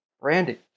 Randy